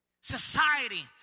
Society